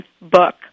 book